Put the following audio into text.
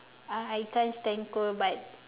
uh I can't stand cold but